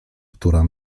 która